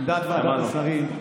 עמדת ועדת השרים,